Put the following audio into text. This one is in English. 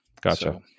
Gotcha